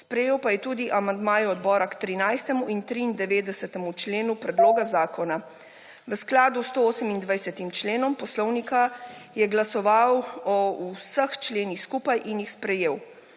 Sprejel je tudi amandmaje odbora k 13. in 93. členu predloga zakona. V skladu s 128. členom Poslovnika Državnega zbora je glasoval o vseh členih skupaj in jih sprejel.